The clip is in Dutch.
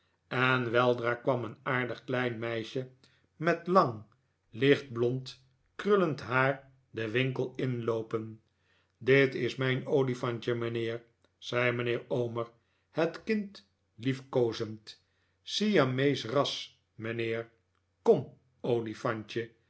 en weldra kwam een aardig klein meisje met lang lichtblond krullend haar den winkel inloopen dit is mijn olifantje mijnheer zei mijnheer omer het kind liefkoozend siameesch ras mijnheer kom olifantje